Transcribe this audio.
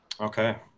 Okay